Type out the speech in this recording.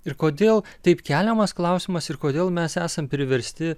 ir kodėl taip keliamas klausimas ir kodėl mes esam priversti